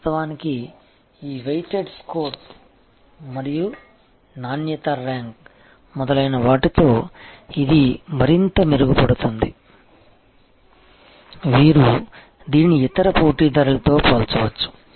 వాస్తవానికి ఈ weighted score మరియు మెరుగుదల కష్టత ర్యాంక్ మొదలైన వాటితో ఇది మరింత మెరుగుపడుతుంది మీరు దీనిని ఇతర పోటీదారులతో పోల్చవచ్చు